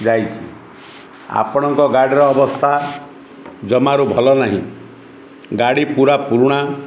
ଯାଇଛିି ଆପଣଙ୍କ ଗାଡ଼ିର ଅବସ୍ଥା ଜମାରୁ ଭଲ ନାହିଁ ଗାଡ଼ି ପୁରା ପୁରୁଣା